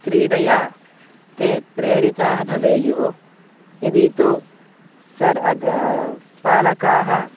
क्रीडया ते प्रेरिताः भवेयुः यदि तु सर् पालकाः